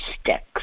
sticks